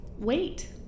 Wait